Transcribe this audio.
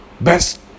Best